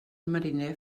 mariner